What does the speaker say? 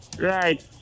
Right